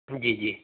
जी जी